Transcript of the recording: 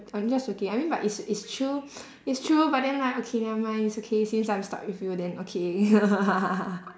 I'm just joking I mean but it's it's true it's true but then like okay never mind it's okay since I'm stuck with you then okay